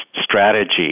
strategy